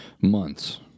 months